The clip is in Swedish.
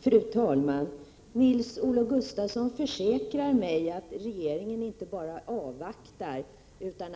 Fru talman! Nils-Olof Gustafsson försäkrar mig att regeringen inte bara avvaktar, utan